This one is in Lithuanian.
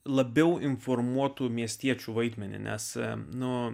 labiau informuotų miestiečių vaidmenį nes nuo